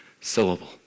syllable